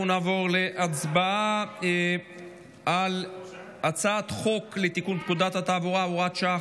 אנחנו נעבור להצבעה על הצעת חוק לתיקון פקודת התעבורה (הוראת שעה,